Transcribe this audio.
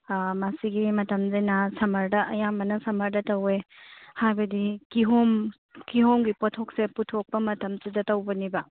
ꯃꯁꯤꯒꯤ ꯃꯇꯝꯁꯤꯅ ꯁꯝꯃꯔꯗ ꯑꯌꯥꯝꯕꯅ ꯁꯝꯃꯔꯗ ꯇꯧꯋꯦ ꯍꯥꯏꯕꯗꯤ ꯀꯤꯍꯣꯝ ꯀꯤꯍꯣꯝꯒꯤ ꯄꯣꯠꯊꯣꯛꯁꯦ ꯄꯨꯊꯣꯛꯄ ꯃꯇꯝꯁꯤꯗ ꯇꯧꯕꯅꯦꯕ